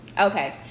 okay